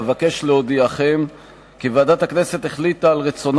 אבקש להודיעכם כי ועדת הכנסת החליטה כי ברצונה